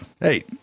hey